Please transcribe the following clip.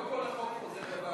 לא כל החוק חוזר לוועדה.